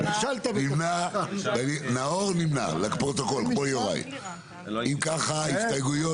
הצבעה ההסתייגויות נדחו אם ככה ההסתייגויות